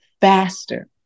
faster